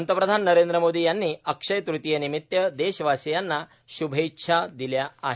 पंतप्रधान नरेंद्र मोदी यांनी अक्षय तृतिये निमित्त दैशवासियांना श्भेच्छा दिल्या आहेत